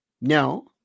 No